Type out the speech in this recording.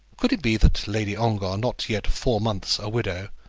could it be that lady ongar, not yet four months a widow,